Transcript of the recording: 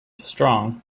strong